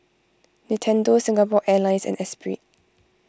Nintendo Singapore Airlines and Esprit